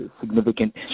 significant